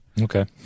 Okay